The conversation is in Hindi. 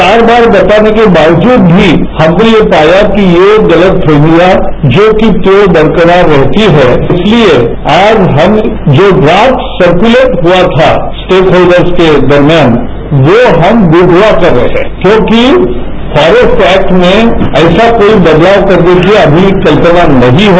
चार बार बताने के बावजूद भी हमने ये पाया कि ये गलतफहमियां ज्यों की त्यों बरकरार रहती हैं इसलिए आज हम जो ड्राफ्ट सर्कलेट हआ था स्टेकहोल्डर्स के दरम्यान वो हम विदड्रा कर रहे हैं क्योंकि फॉरेस्ट एक्ट में ऐसा कोई बदलाव करने की अभी कल्पना नहीं है